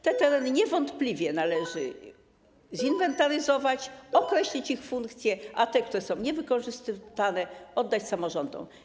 Te tereny niewątpliwie należy zinwentaryzować, określić ich funkcje, a te, które nie są wykorzystywane, oddać samorządom.